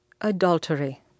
adultery